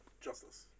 Justice